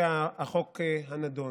החוק הנדון.